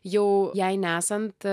jau jai nesant